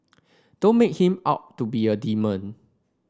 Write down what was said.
don't make him out to be a demon